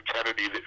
Kennedy